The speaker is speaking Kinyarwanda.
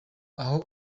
aho